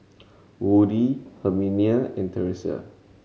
Woody Herminia and Terese